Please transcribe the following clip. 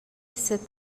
set